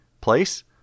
place